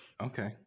Okay